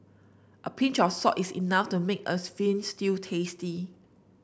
a pinch of salt is enough to make a veal stew tasty